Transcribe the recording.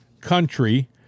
country